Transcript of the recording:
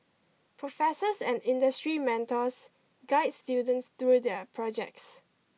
professors and industry mentors guide students through their projects